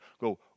go